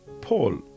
Paul